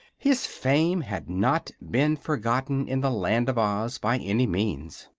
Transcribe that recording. his fame had not been forgotten in the land of oz, by any means.